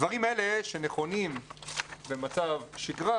דברים אלה שנכונים במצב שגרה,